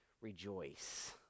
rejoice